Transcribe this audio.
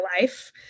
life